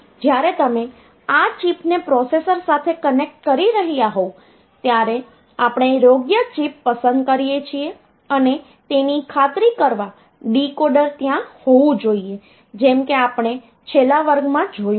જ્યારે તમે આ ચિપને પ્રોસેસર સાથે કનેક્ટ કરી રહ્યા હોવ ત્યારે આપણે યોગ્ય ચિપ પસંદ કરીએ છીએ અને તેની ખાતરી કરવા ડીકોડર ત્યાં હોવું જોઈએ જેમ કે આપણે છેલ્લા વર્ગમાં જોયું છે